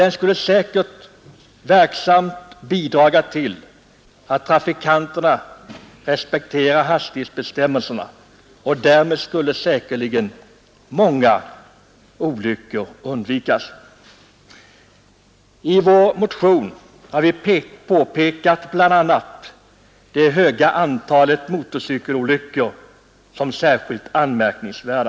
Den skulle säkert bidra till att trafikanterna respekterade hastighetsbestämmelserna, och därmed skulle säkerligen många olyckor undvikas. I vår motion har vi pekat bl.a. på det höga antalet motorcykelolyckor som särskilt anmärkningsvärt.